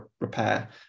repair